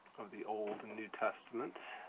of the olde and new testament.